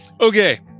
okay